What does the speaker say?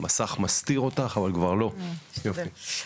בבקשה.